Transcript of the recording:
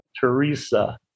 Teresa